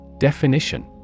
Definition